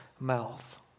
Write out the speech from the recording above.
mouth